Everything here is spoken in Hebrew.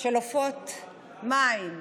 של עופות מים,